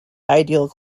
ideal